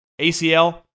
ACL